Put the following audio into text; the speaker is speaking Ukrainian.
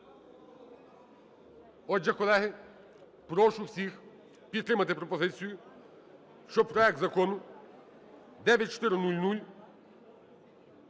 Отже, колеги, прошу всіх підтримати пропозицію, щоб проект Закону 9400